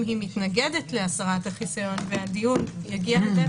אם היא מתנגדת להסרת החיסיון והדיון יגיע לבית